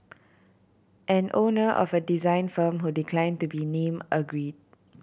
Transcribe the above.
an owner of a design firm who decline to be name agree